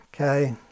okay